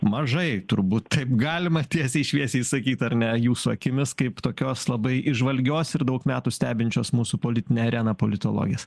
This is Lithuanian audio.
mažai turbūt taip galima tiesiai šviesiai sakyt ar ne jūsų akimis kaip tokios labai įžvalgios ir daug metų stebinčios mūsų politinę areną politologės